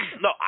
No